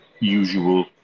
usual